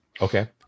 Okay